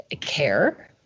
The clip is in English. care